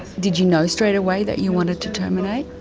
did you know straight away that you wanted to terminate?